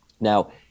Now